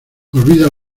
olvida